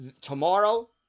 Tomorrow